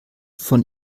von